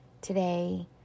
today